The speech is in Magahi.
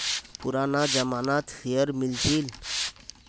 पुराना जमाना त शेयर मिल छील